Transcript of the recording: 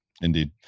indeed